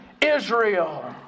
Israel